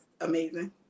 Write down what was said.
amazing